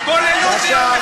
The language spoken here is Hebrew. בוא ללוד יום אחד.